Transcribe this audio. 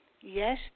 Yes